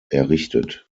errichtet